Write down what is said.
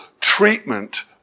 treatment